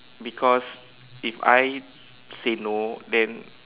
because if I say no then